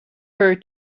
her